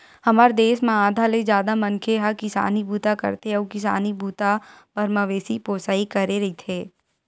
हमर देस म आधा ले जादा मनखे ह किसानी बूता करथे अउ किसानी बूता बर मवेशी पोसई करे रहिथे